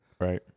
Right